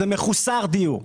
אלא מחוסר דיור.